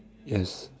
yes